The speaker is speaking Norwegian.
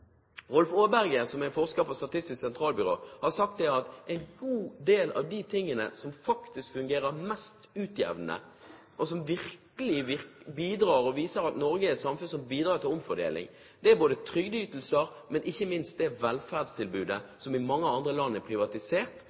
det som faktisk fungerer mest utjevnende, og som virkelig viser at Norge er et samfunn som bidrar til omfordeling, både er trygdeytelser og ikke minst velferdstilbudet, som i mange andre land er privatisert,